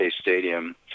stadium